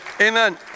Amen